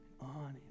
on